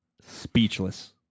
Speechless